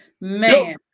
man